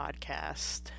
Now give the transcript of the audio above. Podcast